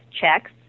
checks